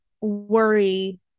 worry